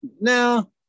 No